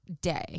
day